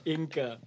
Inka